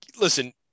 listen